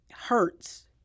hurts